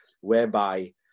whereby